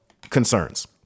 concerns